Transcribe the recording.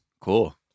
Cool